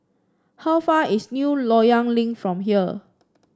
how far is New Loyang Link from here